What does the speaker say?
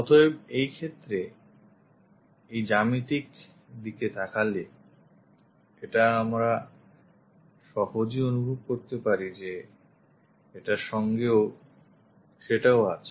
অতএব এই ক্ষেত্রে এই জ্যামিতিক দিকে তাকালে এটা আমরা সহজেই অনুভব করতে পারি যে এটার সঙ্গে সেটাও আছে